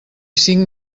cinc